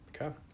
Okay